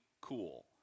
cool